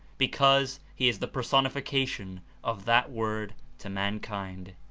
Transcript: because he is the personification of that word to mankind.